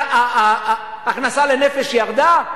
ההכנסה לנפש ירדה?